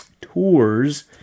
tours